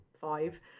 five